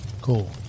cool